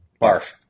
Barf